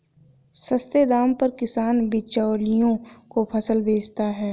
सस्ते दाम पर किसान बिचौलियों को फसल बेचता है